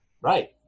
Right